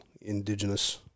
Indigenous